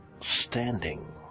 standing